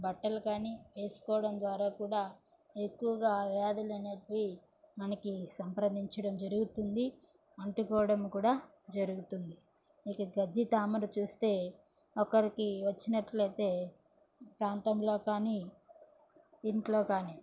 బట్టలు కానీ వేసుకోవడం ద్వారా కూడా ఎక్కువగా వ్యాధులనేటివి మనకి సంప్రదించడం జరుగుతుంది అంటుకోవడం కూడా జరుగుతుంది ఇంకా గజ్జి తామర చూస్తే ఒకరికి వచ్చినట్లయితే ప్రాంతంలో కానీ ఇంట్లో కానీ